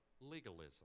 legalism